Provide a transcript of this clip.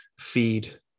feed